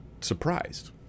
surprised